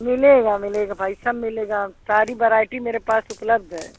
मिलेगा मिलेगा भाई सब मिलेगा सारी व्हरायटी मेरे पास उपलब्ध है